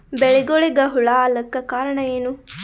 ಬೆಳಿಗೊಳಿಗ ಹುಳ ಆಲಕ್ಕ ಕಾರಣಯೇನು?